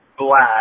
Black